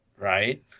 Right